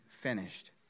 finished